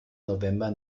november